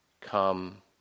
come